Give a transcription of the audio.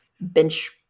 bench